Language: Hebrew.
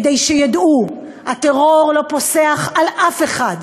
כדי שידעו: הטרור לא פוסח על אף אחד,